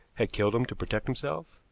had killed him to protect himself?